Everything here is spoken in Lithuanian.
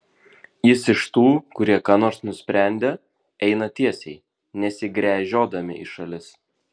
jis iš tų kurie ką nors nusprendę eina tiesiai nesigręžiodami į šalis